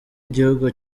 igihugu